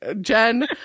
jen